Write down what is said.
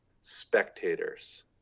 spectators